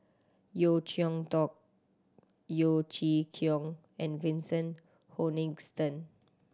Yeo Cheow Tong Yeo Chee Kiong and Vincent Hoisington